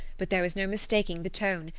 but there was no mistaking the tone,